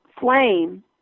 flame